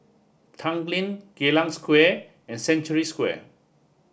Tanglin Geylang Square and Century Square